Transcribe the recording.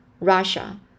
russia